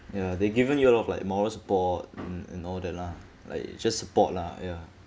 ya they given you a lot of like moral support mm and all that lah like just support lah ya